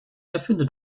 erfinde